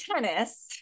tennis